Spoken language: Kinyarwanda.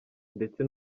ndetse